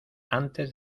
antes